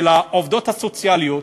של העובדות הסוציאליות,